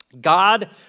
God